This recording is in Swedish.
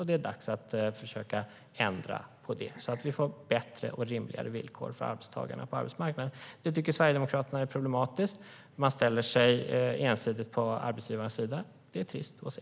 Det är dags att försöka ändra på det så att vi får bättre och rimligare villkor för arbetstagarna på arbetsmarknaden. Det tycker Sverigedemokraterna är problematiskt. De ställer sig ensidigt på arbetsgivarnas sida. Det är trist att se.